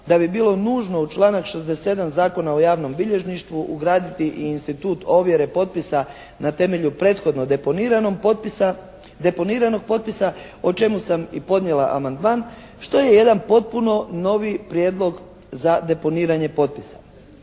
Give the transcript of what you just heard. da bi bilo nužno u članak 67. Zakona o javnom bilježništvu ugraditi i institut ovjere potpisa na temelju prethodno deponiranom potpisa, deponiranog potpisa o čemu sam i podnijela amandman što je jedan potpuno novi prijedlog za deponiranje potpisa.